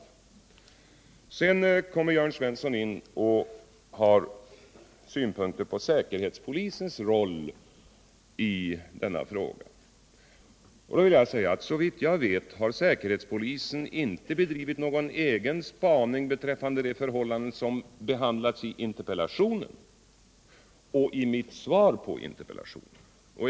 Jörn Svensson hade sedan synpunkter på säkerhetspolisens roll i denna fråga. Jag vill då säga att såvitt jag vet har säkerhetspolisen inte bedrivit någon egen spaning beträffande de förhållanden som behandlas i interpellationen och i mitt svar på interpellationen.